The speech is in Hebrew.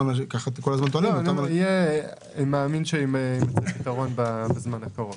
אני מאמין שיימצא פתרון בזמן הקרוב.